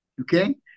Okay